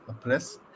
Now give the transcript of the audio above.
press